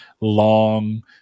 long